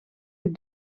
het